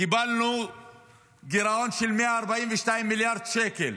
קיבלנו גירעון של 142 מיליארד שקל,